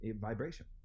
vibration